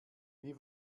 wie